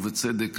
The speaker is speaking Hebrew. ובצדק,